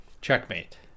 checkmate